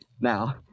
Now